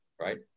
right